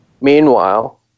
Meanwhile